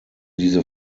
diese